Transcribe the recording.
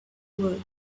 world